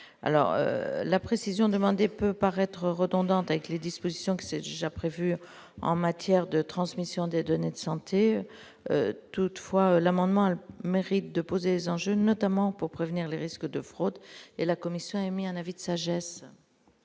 alors la précision demandée peut paraître redondante avec les dispositions qui siège à prévues en matière de transmission des données de santé toutefois l'amendement, a le mérite de poser les enjeux, notamment pour prévenir les risques de fraude et la commission a émis un avis de sagesse.